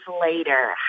later